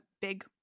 big